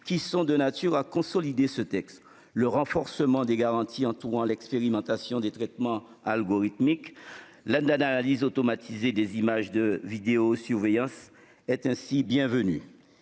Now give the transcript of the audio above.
qui sont de nature à consolider ce texte. Le renforcement des garanties entourant l'expérimentation des traitements algorithmiques d'analyse automatisée des images de vidéosurveillance est ainsi bienvenu.